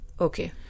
Okay